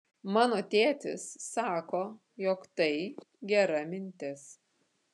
mano tėtis sako jog tai gera mintis